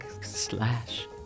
slash